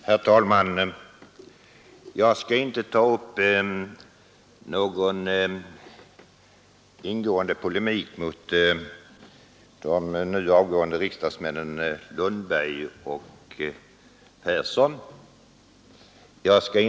Herr talman! Jag skall inte ta upp någon ingående polemik med de nu avgående riksdagsmännen herrar Lundberg och Persson i Stockholm.